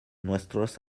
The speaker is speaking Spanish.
nuestros